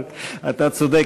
אתה צודק,